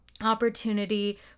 opportunity